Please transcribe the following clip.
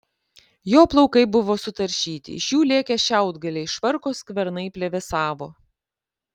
jo plaukai buvo sutaršyti iš jų lėkė šiaudgaliai švarko skvernai plevėsavo